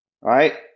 right